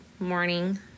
morning